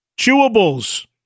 chewables